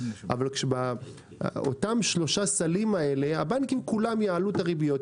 אבל אותם שלושה סלים האלה הבנקים כולם יעלו את הריביות,